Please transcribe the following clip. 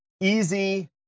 easy